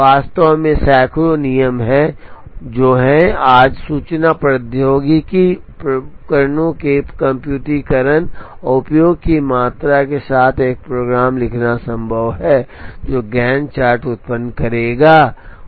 वास्तव में सैकड़ों नियम हैं जो हैं और आज सूचना प्रौद्योगिकी उपकरणों के कम्प्यूटरीकरण और उपयोग की मात्रा के साथ एक प्रोग्राम लिखना संभव है जो गैंट चार्ट उत्पन्न करेगा